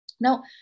Now